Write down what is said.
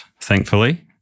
thankfully